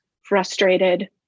frustrated